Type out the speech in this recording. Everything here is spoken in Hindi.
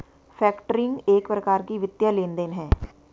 फैक्टरिंग एक प्रकार का वित्तीय लेन देन है